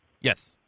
Yes